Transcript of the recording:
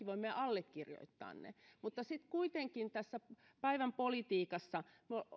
voimme allekirjoittaa mutta sitten kuitenkin tässä päivänpolitiikassa